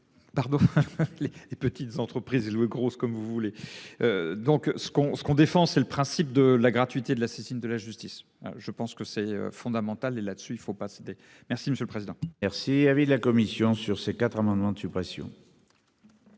Pardon. Les petites entreprises et louer grosse comme vous voulez. Donc ce qu'on ce qu'on défend, c'est le principe de la gratuité de la saisine de la justice. Je pense que c'est fondamental et là-dessus, il ne faut pas céder. Merci, monsieur le Président R avait la commission sur ces quatre amendements de suppression.